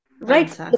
Right